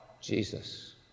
Jesus